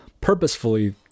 purposefully